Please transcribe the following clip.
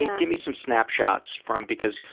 gimme some snapshots from, because,